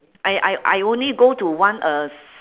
I I I only go to one uh s~